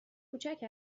کوچک